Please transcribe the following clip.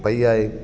पई आहे